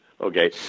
Okay